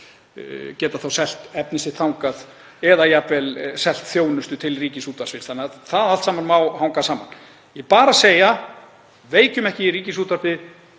geta þá selt efni sitt þangað eða jafnvel selt þjónustu til Ríkisútvarpsins. Þannig að það allt má hanga saman. Ég er bara að segja: Veikjum ekki Ríkisútvarpið